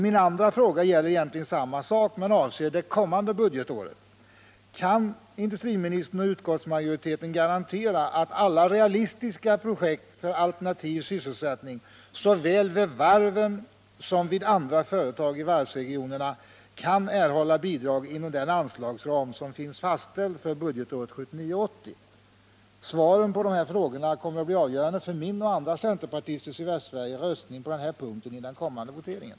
Min andra fråga gäller egentligen samma sak men avser det kommande budgetåret: Kan industriministern och utskottsmajoriteten garantera att alla realistiska projekt för alternativ sysselsättning såväl vid varven som vid andra företag i varvsregionerna kan erhålla bidrag inom den anslagsram som finns fastställd för budgetåret 1979/80? Svaren på de här frågorna kommer att bli avgörande för min och andra västsvenska centerpartisters röstning på denna punkt i den kommande voteringen.